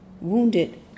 wounded